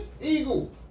Eagle